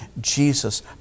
Jesus